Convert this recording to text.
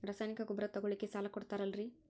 ರಾಸಾಯನಿಕ ಗೊಬ್ಬರ ತಗೊಳ್ಳಿಕ್ಕೆ ಸಾಲ ಕೊಡ್ತೇರಲ್ರೇ?